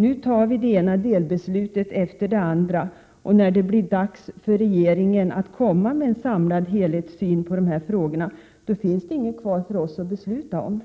Nu fattar vi det ena delbeslutet efter det andra, och när det blir dags för regeringen att komma med ett samlat förslag om dessa frågor finns det inget kvar för riksdagen att besluta om.